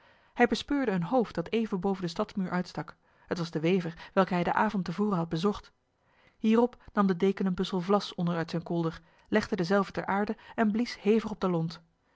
hij bespeurde een hoofd dat even boven de stadsmuur uitstak het was de wever welke hij de avond tevoren had bezocht hierop nam de deken een bussel vlas onder uit zijn kolder legde dezelve ter aarde en blies hevig op de lont